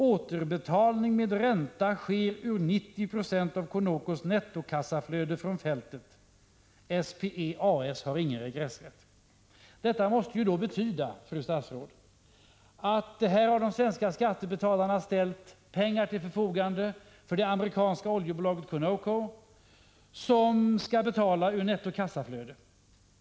Återbetalning med ränta sker ur 90 Jo av Conocos nettokassaflöde från fältet. SPE A/S har ingen regressrätt. Detta måste betyda, fru statsråd, att de svenska skattebetalarna har ställt pengar till förfogande för det amerikanska oljebolaget Conoco, som skall betala ur nettokassaflöde.